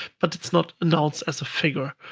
but it's not announced as a figure.